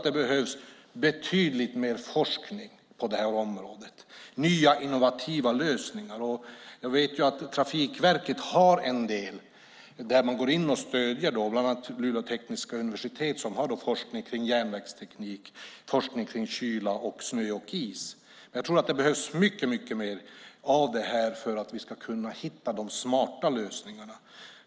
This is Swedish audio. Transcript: Det behövs betydligt mer forskning på detta område och nya innovativa lösningar. Jag vet att Trafikverket stöder bland annat Luleå tekniska universitet som har forskning om järnvägsteknik samt kyla, snö och is. Jag tror att det behövs mycket mer av det här för att vi ska kunna hitta de smarta lösningarna.